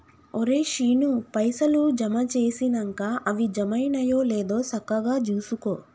ఒరే శీనూ, పైసలు జమ జేసినంక అవి జమైనయో లేదో సక్కగ జూసుకో